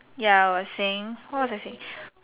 ya I was saying what was I saying